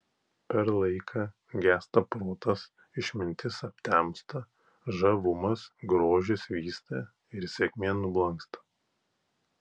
per laiką gęsta protas išmintis aptemsta žavumas grožis vysta ir sėkmė nublanksta